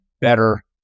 better